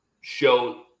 show